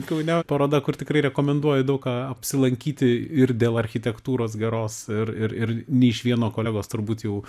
kaune paroda kur tikrai rekomenduoju daug ką apsilankyti ir dėl architektūros geros ir ir ir nei iš vieno kolegos turbūt jau